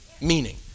Meaning